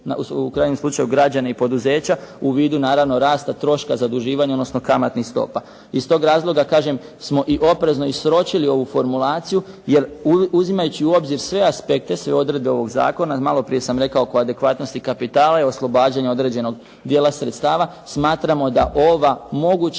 u kranjem slučaju građane i poduzeća u vidu naravno rasta troška zaduživanja, odnosno kamatnih stopa. Iz tog razloga kažem smo i oprezno i sročili ovu formulaciju, jer uzimajući u obzir sve aspekte, sve odredbe ovog zakona, malo prije sam rekao oko adekvatnosti kapitala i oslobađanja određenog dijela sredstava, smatramo da ovo moguće